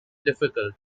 difficult